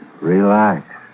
relax